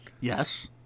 Yes